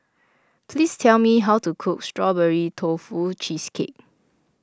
please tell me how to cook Strawberry Tofu Cheesecake